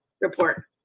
report